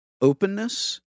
Openness